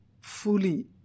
fully